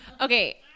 Okay